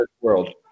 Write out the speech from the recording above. world